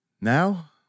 Now